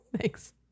Thanks